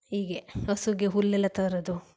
ಹೀಗೆ ಹಸುಗೆ ಹುಲ್ಲೆಲ್ಲ ತರೋದು